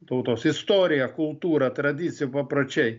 tautos istorija kultūra tradicija papročiai